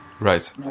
Right